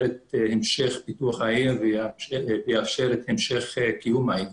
את המשך פיתוח העיר ויאפשר את המשך קיום העיר,